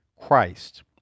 Christ